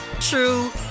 true